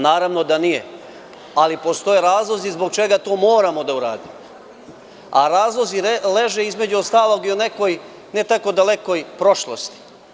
Naravno da nije, ali postoje razlozi zbog čega to moramo da uradimo a razlozi leže, između ostalog, i o nekoj ne tako dalekoj prošlosti.